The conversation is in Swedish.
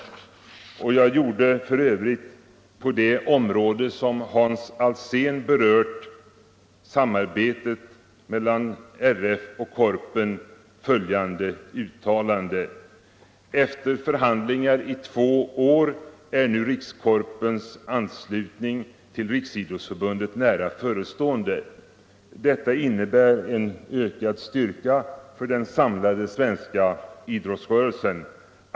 Jag gjorde för övrigt på det område som herr Alsén berört —- samarbetet mellan RF och Korpen -—- följande uttalande: ”Efter förhandlingar i två år är nu Rikskorpens anslutning till Riksidrottsförbundet nära förestående. Detta innebär en ökad styrka för den samlade svenska idrottsrörelsen.